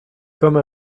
comme